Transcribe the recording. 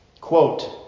Quote